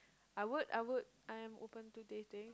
I would I would I'm open to dating